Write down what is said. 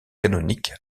canonique